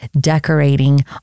decorating